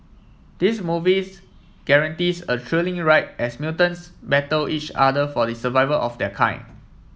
this movies guarantees a thrilling ride as mutants battle each other for the survival of their kind